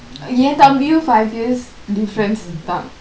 என் தம்பியும்:yen thambiyum five years difference தான்:thaan